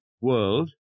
world